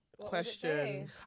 question